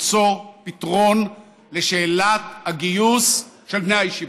למצוא פתרון לשאלת הגיוס של בני הישיבות.